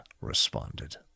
responded